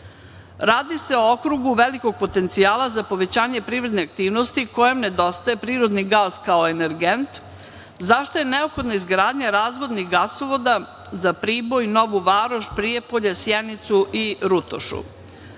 se o okrugu velikog potencijala za povećanje privredne aktivnosti kojem nedostaje prirodni gas kao energent, zašto je neophodna izgradnja razvodnih gasovoda za Priboj, Novu Varoš, Prijepolje, Sjenicu i